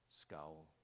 scowl